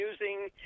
using